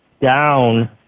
down